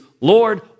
Lord